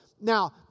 Now